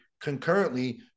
concurrently